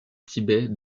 tibet